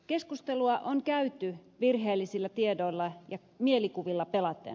keskustelua on käyty virheellisillä tiedoilla ja mielikuvilla pelaten